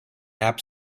app